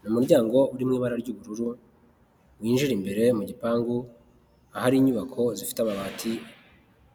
Ni umuryango uri mu ibara ry'ubururu, winjira imbere mu gipangu, ahari inyubako zifite amabati